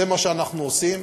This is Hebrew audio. זה מה שאנחנו עושים.